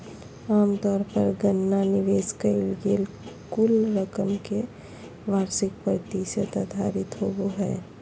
आमतौर पर गणना निवेश कइल गेल कुल रकम के वार्षिक प्रतिशत आधारित होबो हइ